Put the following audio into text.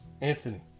Anthony